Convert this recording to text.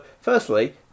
firstly